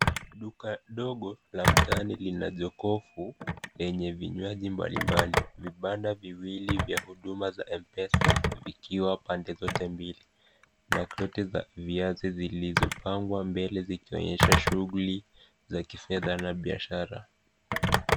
Duka dogo la mtaani lina jokofu lenye vinywaji mbalimbali vipanda viwili vya huduma za (cs)m(cs) pesa vikiwa pande zote mbili na credi za viazi zilizopangwa mbele sikionyesha shughuli za kifedha na biashara.